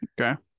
Okay